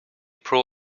pro